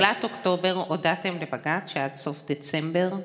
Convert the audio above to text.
בתחילת אוקטובר הודעתם לבג"ץ שעד סוף דצמבר תחתמו.